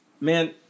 man